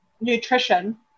nutrition